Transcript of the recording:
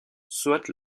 soit